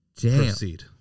proceed